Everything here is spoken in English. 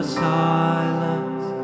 silence